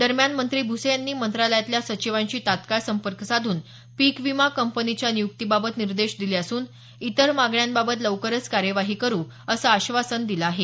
दरम्यान मंत्री भूसे यांनी मंत्रालयातल्या सचिवांशी तत्काळ संपर्क साधून पीक विमा कंपनीच्या नियुक्ती बाबत निर्देश दिले असून इतर मागण्यांबाबत लवकरच कार्यवाही करू असं आश्वासन दिल आहे